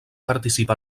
participa